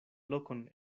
lokon